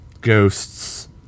ghosts